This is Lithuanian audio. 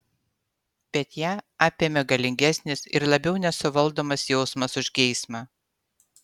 bet ją apėmė galingesnis ir labiau nesuvaldomas jausmas už geismą